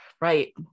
Right